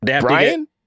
Brian